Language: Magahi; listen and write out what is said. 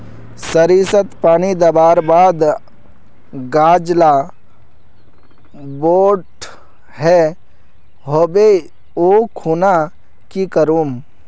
सरिसत पानी दवर बात गाज ला बोट है होबे ओ खुना की करूम?